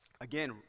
Again